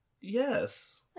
Yes